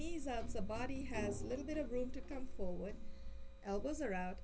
knees up the body has a little bit of room to come forward elbows or out